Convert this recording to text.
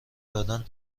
دادن